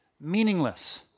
meaningless